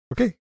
Okay